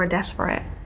desperate